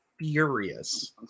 furious